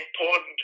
important